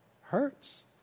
hurts